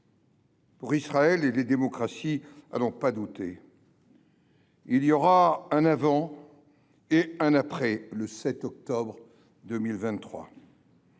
Pour Israël et les démocraties, à n’en pas douter, il y aura un avant et un après le 7 octobre 2023,